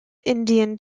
indian